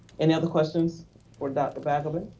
any other questions for dr. balgobin?